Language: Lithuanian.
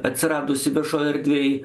atsiradusi viešoj erdvėj